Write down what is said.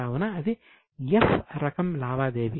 కావున ఇది F రకం లావాదేవీ